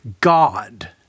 God